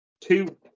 two